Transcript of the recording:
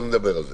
אבל נדבר על זה.